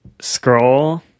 Scroll